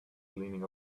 leaning